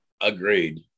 Agreed